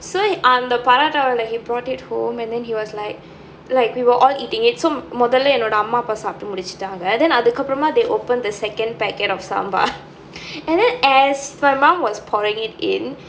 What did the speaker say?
so அந்த பரோட்டா வந்து: antha parottaa vanthu like he brought it home and then he was like like we were all eating it so மொதல்ல என்னோட அப்பா அம்மா சாப்பிட்டு முடிச்சிட்டாங்க:mothalla ennoda appa amma saapittu mudichutaanga then அதுக்கு அப்புறமா:athukku appuramaa they open the second packet of sambar and then as my mom was pouring it in